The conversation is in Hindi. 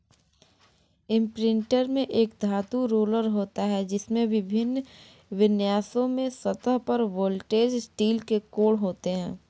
इम्प्रिंटर में एक धातु रोलर होता है, जिसमें विभिन्न विन्यासों में सतह पर वेल्डेड स्टील के कोण होते हैं